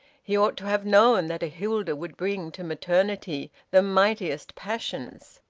he ought to have known that a hilda would bring to maternity the mightiest passions.